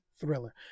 thriller